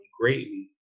greatly